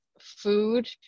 Food